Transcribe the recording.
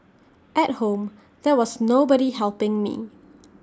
at home there was nobody helping me